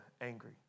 angry